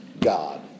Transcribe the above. God